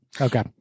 Okay